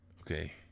okay